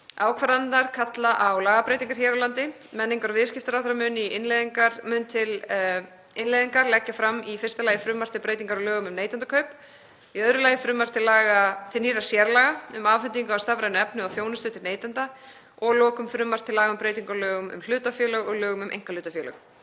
Ákvarðanirnar kalla á lagabreytingar hér á landi. Menningar- og viðskiptaráðherra mun til innleiðingar leggja fram í fyrsta lagi frumvarp til breytinga á lögum um neytendakaup, í öðru lagi frumvarp til nýrra sérlaga um afhendingu á stafrænu efni og þjónustu til neytenda og að lokum frumvarp til laga um breytingu á lögum um hlutafélög og lögum um einkahlutafélög.